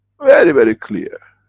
very, very clear,